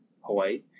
Hawaii